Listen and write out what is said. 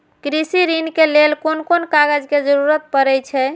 कृषि ऋण के लेल कोन कोन कागज के जरुरत परे छै?